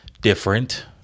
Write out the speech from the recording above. Different